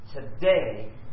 today